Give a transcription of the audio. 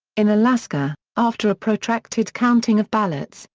in alaska, after a protracted counting of ballots,